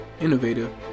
innovative